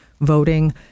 voting